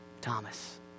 Thomas